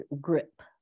grip